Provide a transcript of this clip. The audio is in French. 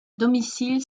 domicile